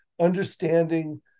understanding